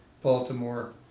Baltimore